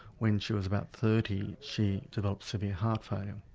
when she was about thirty she developed severe heart failure.